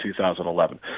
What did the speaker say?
2011